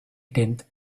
tenth